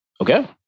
Okay